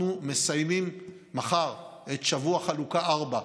אנחנו מסיימים מחר את שבוע החלוקה הרביעי,